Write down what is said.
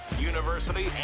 university